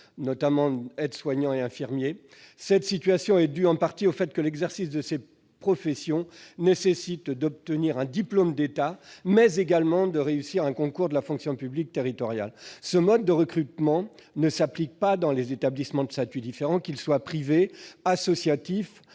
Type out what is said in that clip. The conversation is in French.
notamment des aides-soignants et des infirmiers. Cette situation est due en partie au fait que l'exercice de cette profession nécessite d'obtenir un diplôme d'État, mais également de réussir à un concours de la fonction publique territoriale. Ce mode de recrutement ne s'applique pas dans les établissements de statut différent, qu'ils soient privés, associatifs